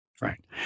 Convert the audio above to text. Right